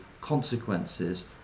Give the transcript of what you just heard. consequences